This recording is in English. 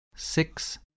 Six